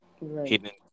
Right